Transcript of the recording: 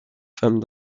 femmes